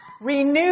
renew